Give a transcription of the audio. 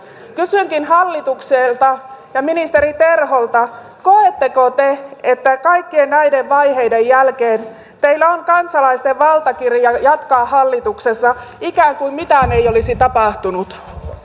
kysynkin hallitukselta ja ministeri terholta koetteko te että kaikkien näiden vaiheiden jälkeen teillä on kansalaisten valtakirja jatkaa hallituksessa ikään kuin mitään ei olisi tapahtunut